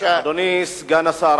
אדוני סגן השר,